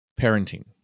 parenting